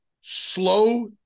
slow